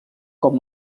com